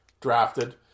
drafted